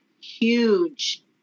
huge